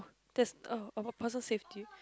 there's oh a person saved you